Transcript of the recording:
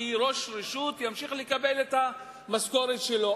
כי ראש רשות ימשיך לקבל את המשכורת שלו,